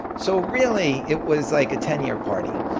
so really, it was like a ten-year party.